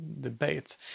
debate